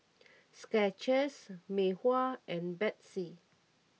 Skechers Mei Hua and Betsy